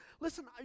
listen